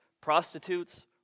prostitutes